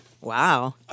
Wow